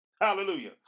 hallelujah